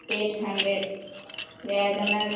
eight hundred WagonR